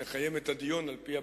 נקיים את הדיון על-פי הבקשה.